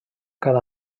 cada